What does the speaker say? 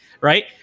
right